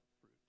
fruit